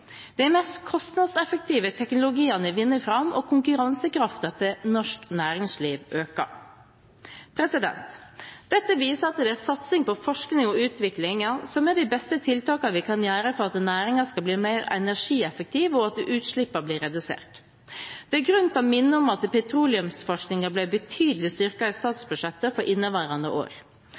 mest kostnadseffektive teknologiene vinner fram, og konkurransekraften til norsk næringsliv øker. Dette viser at det er satsing på forskning og utvikling som er de beste tiltakene vi kan gjøre for at næringen skal bli mer energieffektiv og utslippene redusert. Det er grunn til å minne om at petroleumsforskningen ble betydelig styrket i statsbudsjettet for inneværende år.